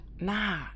Nah